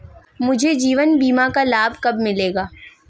मुझे जीवन बीमा का लाभ कब मिलेगा?